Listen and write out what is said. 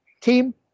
team